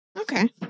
Okay